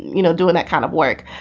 you know, doing that kind of work.